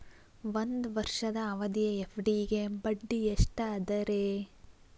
ಒಂದ್ ವರ್ಷದ ಅವಧಿಯ ಎಫ್.ಡಿ ಗೆ ಬಡ್ಡಿ ಎಷ್ಟ ಅದ ರೇ?